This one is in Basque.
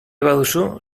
baduzu